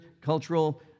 cultural